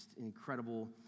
incredible